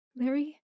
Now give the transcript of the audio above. Larry